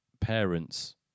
parents